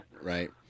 right